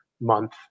month